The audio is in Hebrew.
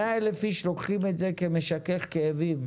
100 אלף איש לוקחים את זה כמשכך כאבים,